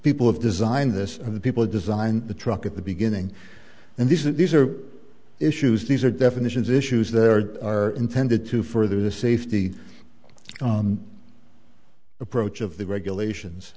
people have designed this and the people who designed the truck at the beginning and this is these are issues these are definitions issues there are intended to further the safety approach of the regulations